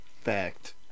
fact